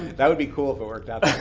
that would be cool, if it worked out ah